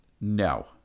No